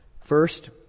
first